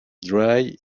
dry